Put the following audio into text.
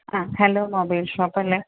ആ hello mobile ഷോപ്പല്ലേ